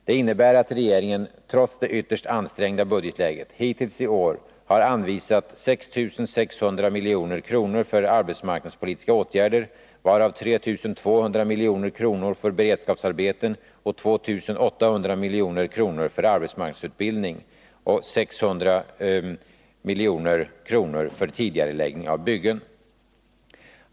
Det innebär att regeringen trots det ytterst ansträngda budgetläget hittills i år har anvisat 6 600 milj.kr. för arbetsmarknadspolitiska åtgärder, varav 3 200 milj.kr. för beredskapsarbeten, 2 800 milj.kr. för arbetsmarknadsutbildning och 600 milj.kr. för tidigareläggning av byggen.